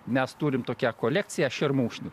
mes turim tokią kolekciją šermukšnių